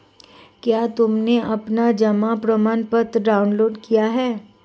क्या तुमने अपना जमा प्रमाणपत्र डाउनलोड किया है?